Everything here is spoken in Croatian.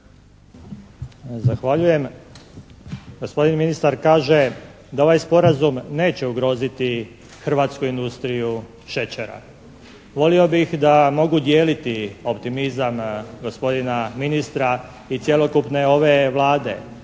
Zahvaljujem. Gospodin ministar kaže da ovaj sporazum neće ugroziti hrvatsku industriju šećera. Volio bih da mogu dijeliti optimizam gospodina ministra i cjelokupne ove Vlade.